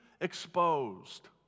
exposed